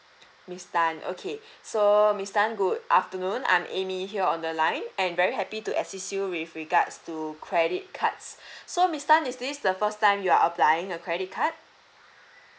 miss tan okay so miss tan good afternoon I'm amy here on the line and very happy to assist you with regards to credit cards so miss tan is this the first time you're applying a credit card